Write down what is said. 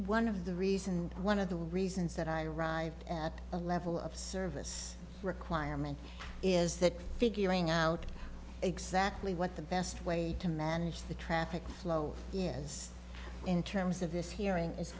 one of the reasons one of the reasons that i arrived at a level of service requirement is that figuring out exactly what the best way to manage the traffic flow yes in terms of this hearing is